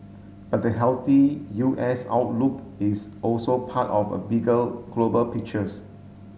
but the healthy U S outlook is also part of a bigger global pictures